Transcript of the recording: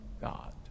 God